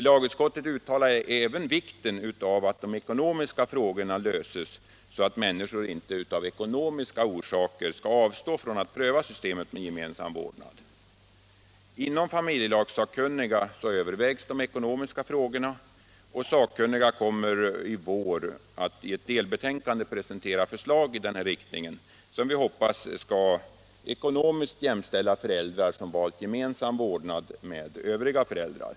Lagutskottet påpekade även vikten av att de ekonomiska frågorna löstes, så att människor inte av ekonomiska skäl skulle avstå från att pröva systemet med gemensam vårdnad. Inom familjelagsakkunniga övervägs de ekonomiska frågorna, och de sakkunniga kommer i vår att i ett delbetänkande presentera förslag i denna riktning, vilket vi hoppas skall ekonomiskt jämställa föräldrar som valt gemensam vårdnad med övriga föräldrar.